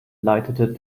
leitete